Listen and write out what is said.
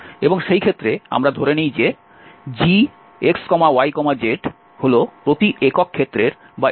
এবং সেই ক্ষেত্রে আমরা ধরে নিই যে gx y z হল প্রতি একক ক্ষেত্রের চার্জ